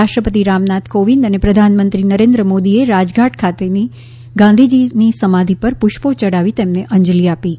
રાષ્ટ્રપતિ રામનાથ કોવિદ અને પ્રધાનમંત્રી નરેન્દ્ર મોદીએ રાજધાટ ખાતેની ગાંધીજીની સમાધિ પર પુષ્પો ચઢાવી તેમને અંજલી આપી હતી